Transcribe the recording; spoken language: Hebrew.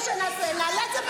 עם כולם.